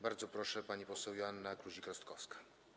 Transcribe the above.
Bardzo proszę, pani poseł Joanna Kluzik-Rostkowska.